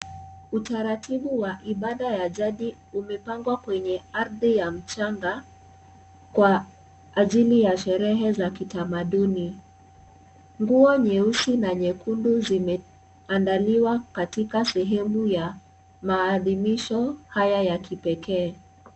Utaratibu wa ibada ya jadi umepangwa kwenye ardhi ya mchanga kwa ajili ya sherehe za kitamaduni. Nguo nyeusi na ya nyekundu imeandaliwa katika sehemu ya maadhimisho haya ya kipekee.